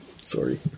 Sorry